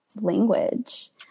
language